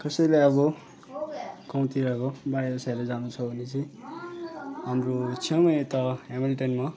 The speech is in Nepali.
कसैलाई अब गाउँतिरको बाहिरसाहिर जानु छ भने चाहिँ हाम्रो छेउमै यता हेमिल्टनमा